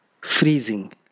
freezing